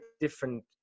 different